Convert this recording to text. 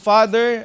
Father